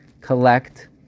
collect